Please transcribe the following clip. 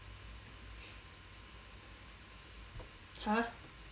!huh!